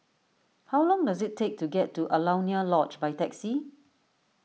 how long does it take to get to Alaunia Lodge by taxi